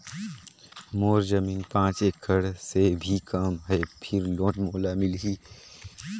मोर जमीन पांच एकड़ से भी कम है फिर लोन मोला मिलही?